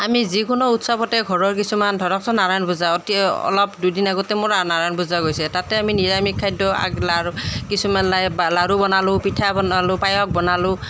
আমি যিকোনো উৎসৱতে ঘৰৰ কিছুমান ধৰকচোন নাৰায়ণ পূজা অলপ দুদিন আগতে মোৰ নাৰায়ণ পূজা গৈছে তাতে আমি নিৰামিষ খাদ্য কিছুমান লাড়ু বনালোঁ পিঠা বনালোঁ পায়স বনালোঁ